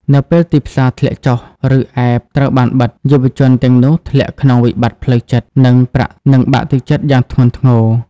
នៅពេលទីផ្សារធ្លាក់ចុះ ឬ App ត្រូវបានបិទ យុវជនទាំងនោះធ្លាក់ក្នុងវិបត្តិផ្លូវចិត្ត និងបាក់ទឹកចិត្តយ៉ាងធ្ងន់ធ្ងរ។